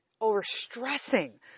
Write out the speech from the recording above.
Over-stressing